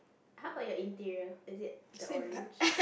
how about your interior is it the orange